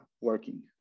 working